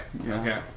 Okay